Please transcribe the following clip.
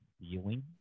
feeling